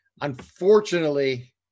Unfortunately